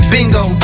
Bingo